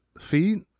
feet